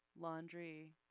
laundry